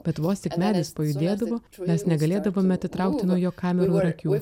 bet vos tik medis pajudėdavo mes negalėdavome atitraukti nuo jo kamerų ir akių